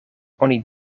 oni